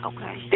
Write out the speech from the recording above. Okay